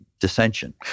dissension